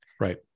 right